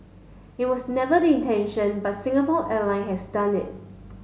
it was never the intention but Singapore Airline has done it